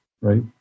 right